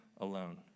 alone